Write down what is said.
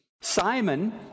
Simon